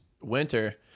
winter